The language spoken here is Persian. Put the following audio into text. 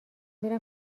میرم